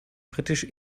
britisch